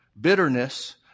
bitterness